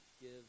give